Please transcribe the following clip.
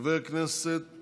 חבר הכנסת